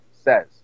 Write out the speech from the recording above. says